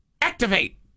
Activate